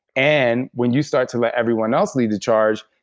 and when you start to let everyone else lead the charge,